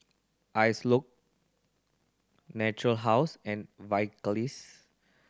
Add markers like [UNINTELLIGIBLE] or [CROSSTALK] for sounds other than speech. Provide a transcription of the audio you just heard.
[UNINTELLIGIBLE] Natura House and Vagisil